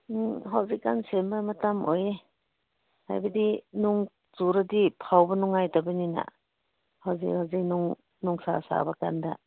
ꯎꯝ ꯍꯧꯖꯤꯛ ꯀꯥꯟ ꯁꯦꯝꯕ ꯃꯇꯃ ꯑꯣꯏꯔꯦ ꯍꯥꯏꯕꯗꯤ ꯅꯣꯡ ꯆꯨꯔꯗꯤ ꯐꯧꯕ ꯅꯨꯡꯉꯥꯏꯔꯕꯅꯤꯅ ꯍꯧꯖꯤꯛ ꯍꯨꯖꯤꯛ ꯅꯨꯡꯁꯥ ꯁꯥꯕ ꯀꯥꯟꯗ